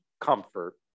comfort